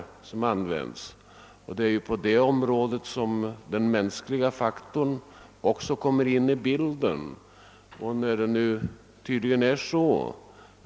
På det området kommer också den mänskliga faktorn in i bilden.